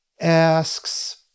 asks